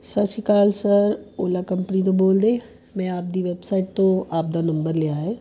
ਸਤਿ ਸ਼੍ਰੀ ਅਕਾਲ ਸਰ ਓਲਾ ਕੰਪਨੀ ਤੋਂ ਬੋਲਦੇ ਮੈਂ ਆਪ ਦੀ ਵੈੱਬਸਾਈਟ ਤੋਂ ਆਪਦਾ ਨੰਬਰ ਲਿਆ ਹੈ